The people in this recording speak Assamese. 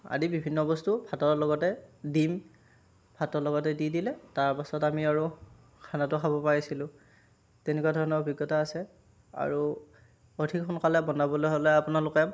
আদি বিভিন্ন বস্তু ভাতৰ লগতে ডীম ভাতৰ লগতে দি দিলে তাৰপাছত আমি আৰু খানাটো খাব পাইছিলোঁ তেনেকুৱা ধৰণৰ অভিজ্ঞতাও আছে আৰু অধিক সোনকালে বনাবলৈ হ'লে আপোনালোকে